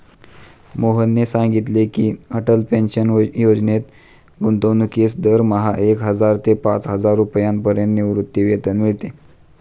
मोहनने सांगितले की, अटल पेन्शन योजनेत गुंतवणूकीस दरमहा एक हजार ते पाचहजार रुपयांपर्यंत निवृत्तीवेतन मिळते